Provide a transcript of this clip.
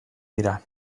dira